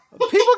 people